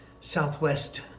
southwest